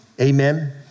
Amen